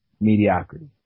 mediocrity